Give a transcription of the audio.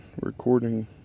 recording